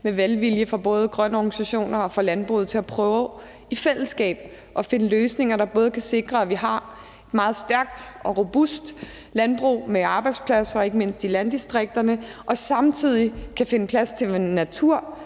med velvilje fra både grønne organisationer og landbruget til at prøve i fællesskab at finde løsninger, der både kan sikre, at vi har et meget stærkt og robust landbrug med arbejdspladser, ikke mindst i landdistrikterne, og samtidig kan finde plads til natur,